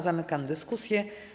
Zamykam dyskusję.